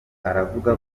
aravuga